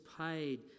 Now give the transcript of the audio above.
paid